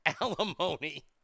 Alimony